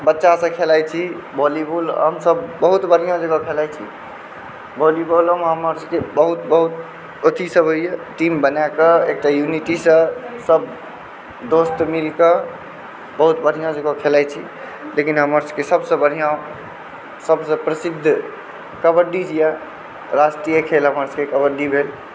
बच्चासँ खेलाइ छी भॉलीबाल हमसभ बहुत बढ़िऑं जकाँ खेलाइ छी भॉलीबालोमे हमरा सभकेँ बहुत अथी सभ होइए टीम बनाकऽ एकटा युनिटीसँ सभ दोस्त मिलकऽ बहुत बढ़िऑं जकाँ खेलाइ छी लेकिन हमर सभकेँ सभसँ बढ़िऑं सभसँ प्रसिद्ध कबड्डी जे यऽ राष्ट्रीय खेल हमर सभकेँ कबड्डी भेल